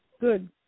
Good